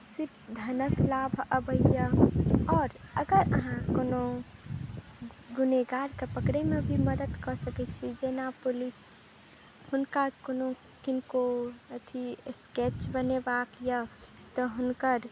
धनक लाभ अबैया आओर अगर अहाँ कोनो गुणेगारके पकड़ैमे भी मदद कऽ सकैत छी जेना पुलिस हुनका कोनो किनको अथी स्केच बनेबाक यऽ तऽ हुनकर